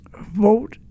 Vote